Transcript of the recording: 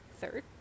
Third